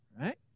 right